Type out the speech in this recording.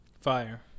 Fire